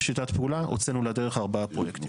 הוצאנו לדרך ארבעה פרויקטים.